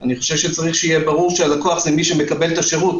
אני חושב שצריך שיהיה ברור שהלקוח זה מי שמקבל את השירות,